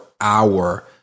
hour